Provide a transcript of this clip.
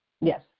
yes